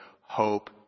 hope